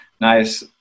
nice